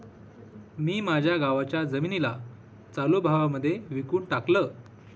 मी माझ्या गावाच्या जमिनीला चालू भावा मध्येच विकून टाकलं